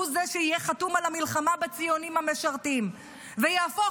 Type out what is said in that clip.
הוא שיהיה חתום על המלחמה בציונים המשרתים ויהפוך